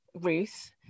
Ruth